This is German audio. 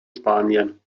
spanien